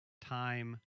time